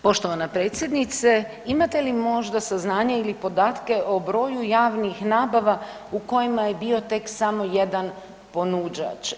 Poštovana predsjednice, imate li možda saznanja ili podatke o broju javnih nabava u kojima je bio tek samo jedan ponuđač?